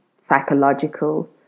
psychological